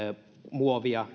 muovia